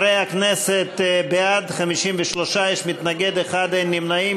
חברי הכנסת, בעד, 53, יש מתנגד אחד, אין נמנעים.